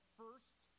first